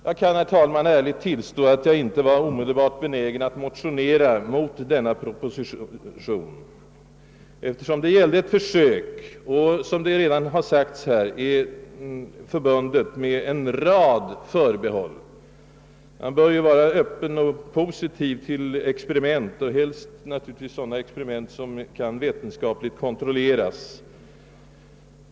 Jag kan ärligt tillstå att jag inte omelelbart var benägen att motionera mot lenna proposition, eftersom det gällde att försök och eftersom detta, såsom redan sagts, är förbundet med en rad förbehåll — man bör ju vara öppen och positiv till experiment, särskilt till sådana som vetenskapligt kan kontrolleras.